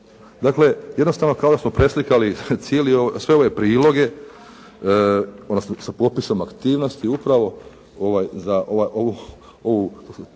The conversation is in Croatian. Dakle, jednostavno kao da smo preslikali sve ove priloge sa popisom aktivnosti upravo za ovu